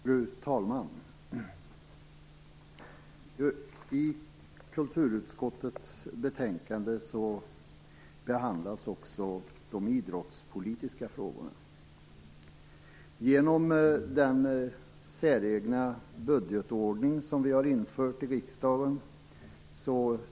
Fru talman! I kulturutskottets betänkande behandlas också de idrottspolitiska frågorna. Det är en säregen budgetordning vi har infört i riksdagen.